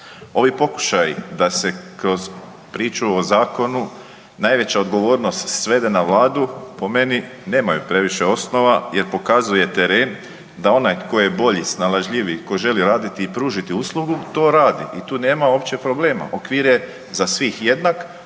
Ovi pokušaji da se kroz priču o zakonu najveća odgovornost svede na Vladu, po meni nemaju previše osnova jer pokazuje teren da onaj tko je bolji, snalažljiviji i tko želi raditi i pružiti uslugu to radi i tu opće nema problema. Okvir je za svih jednak,